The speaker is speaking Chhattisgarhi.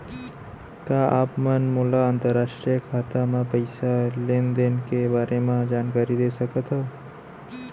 का आप मन मोला अंतरराष्ट्रीय खाता म पइसा लेन देन के बारे म जानकारी दे सकथव?